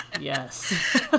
yes